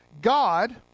God